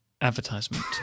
advertisement